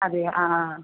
അതെ ആ ആ